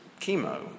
chemo